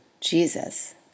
Jesus